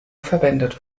verwendet